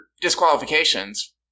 disqualifications